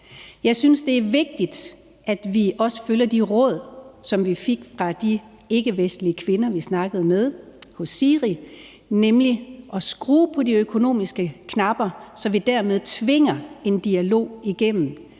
Jeg synes, det er vigtigt, at vi også følger det råd, som vi fik fra de ikkevestlige kvinder, vi snakkede med i SIRI, nemlig at skrue på de økonomiske knapper, så vi dermed tvinger en dialog igennem,